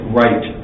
right